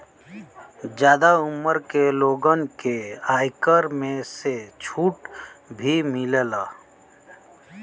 जादा उमर के लोगन के आयकर में से छुट भी मिलला